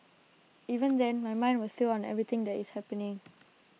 even then my mind was still on everything that is happening